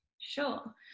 Sure